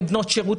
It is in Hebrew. לבנות שירות,